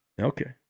Okay